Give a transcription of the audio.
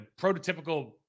prototypical